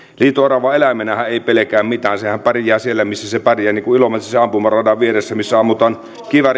liito orava eläimenähän ei pelkää mitään sehän pärjää siellä missä se pärjää niin kuin ilomantsissa ampumaradan vieressä missä ammutaan